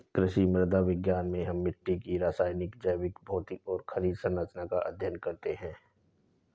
कृषि मृदा विज्ञान में हम मिट्टी की रासायनिक, जैविक, भौतिक और खनिज सरंचना का अध्ययन करते हैं